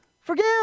forgive